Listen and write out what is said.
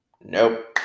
Nope